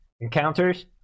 encounters